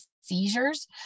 seizures